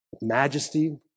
majesty